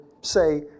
say